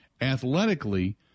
athletically